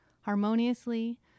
harmoniously